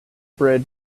bred